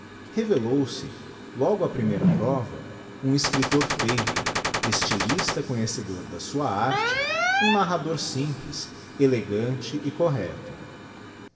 revelou-se logo á primeira prova um escriptor feito estylista conhecedor da sua arte um narrador simples elegante e correcto